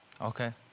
Okay